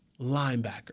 linebacker